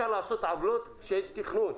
לעשות עוולות של תכנון.